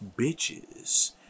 bitches